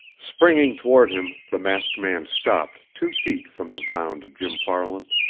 springing toward him, the masked man stopped two feet from the bound jim farland.